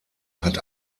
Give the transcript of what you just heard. hat